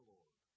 Lord